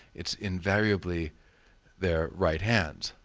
it's invariably their right hands.